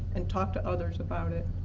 and talk to others about it.